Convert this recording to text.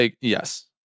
Yes